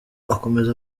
akomeza